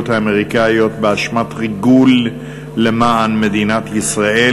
האמריקניות באשמת ריגול למען מדינת ישראל,